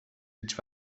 هیچ